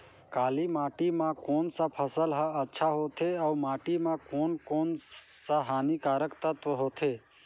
काली माटी मां कोन सा फसल ह अच्छा होथे अउर माटी म कोन कोन स हानिकारक तत्व होथे?